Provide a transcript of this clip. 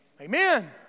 Amen